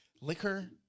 Liquor